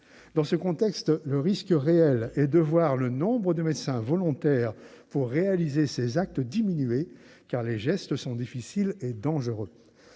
Dans ce contexte, le risque est réel de voir le nombre de médecins volontaires pour réaliser cet acte diminuer, les gestes étant difficiles et dangereux.